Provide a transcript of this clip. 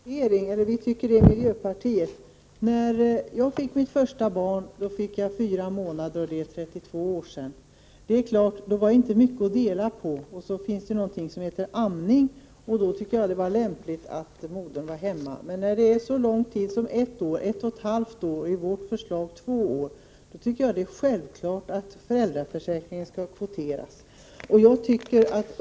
Herr talman! Jag tycker också att det är viktigt med kvotering. När jag fick mitt första barn fick jag fyra månaders ledighet. Det är 32 år sedan. Det var naturligtvis inte mycket att dela på. Och så finns det någonting som heter amning, och då tyckte jag att det var lämpligt att modern var hemma. Men när det är fråga om så lång tid som ett år, ett och ett halvt år och enligt vårt förslag två år, tycker jag att det är självklart att föräldraförsäkringen skall kvoteras.